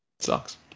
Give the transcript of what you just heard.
sucks